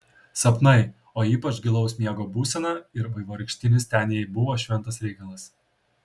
sapnai o ypač gilaus miego būsena ir vaivorykštinis ten jai buvo šventas reikalas